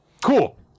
Cool